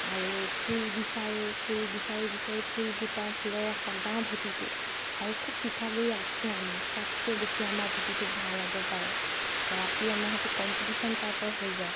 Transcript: আৰু ফুল বিচাৰোঁ ফুল বিচাৰি বিচাৰি ফুল গোটাওঁ ফুলেৰে সজাওঁ ভেটিটো আৰু খুব পিঠাগুড়ি আকোঁ আমি কাতকৈ বেছি আমাৰ ভেটিটো ভাল হ'ব পাৰে ৰাতি আমাৰ সেইটো কম্পিটিশন টাইপৰ হৈ যায়